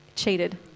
cheated